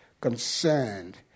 concerned